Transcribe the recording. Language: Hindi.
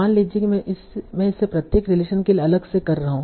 मान लीजिए मैं इसे प्रत्येक रिलेशन के लिए अलग से कर रहा हूं